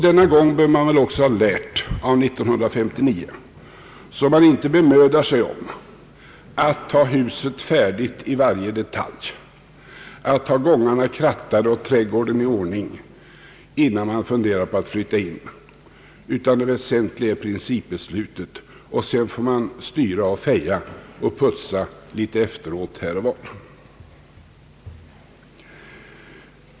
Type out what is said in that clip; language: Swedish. Denna gång bör man väl också ha lärt av år 1959 att man inte skall bemöda sig om att ha huset färdigt i varje detalj, att ha gångarna krattade och trädgården i ordning, innan man funderar på att flytta in. Det väsentliga är principbeslutet. Sedan får man styra och feja och putsa efteråt litet här och var.